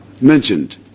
mentioned